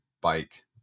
bike